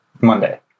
Monday